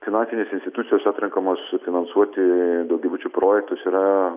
finansinės institucijos atrenkamos finansuoti daugiabučių projektus yra